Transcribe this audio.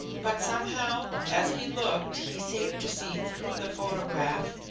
but, somehow, as he looked, he seemed to see through the photograph,